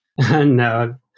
No